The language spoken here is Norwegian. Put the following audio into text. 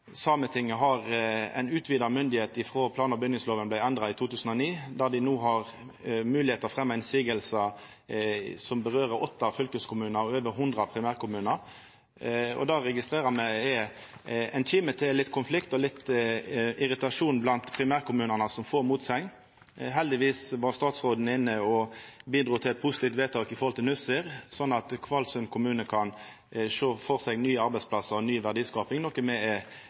Sametinget har ein utvida myndigheit frå då plan- og bygningslova vart endra i 2009, at dei no har moglegheit til å fremja protestar som gjeld åtte fylkeskommunar og over hundre primærkommunar. Det registrerer me er ein kime til litt konflikt og litt irritasjon blant primærkommunane som får motsegn. Heldigvis var statsråden inne og bidrog til eit positivt vedtak for Nussir, sånn at Kvalsund kommune kan sjå for seg nye arbeidsplassar og ny verdiskaping, noko me er